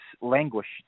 languished